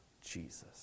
Jesus